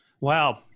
Wow